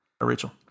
Rachel